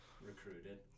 Recruited